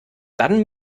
dann